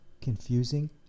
confusing